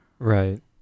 Right